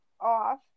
off